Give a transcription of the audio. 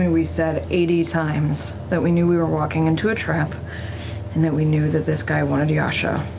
we we said eighty times that we knew we were walking into a trap and that we knew that this guy wanted yasha.